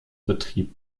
betrieb